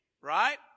Right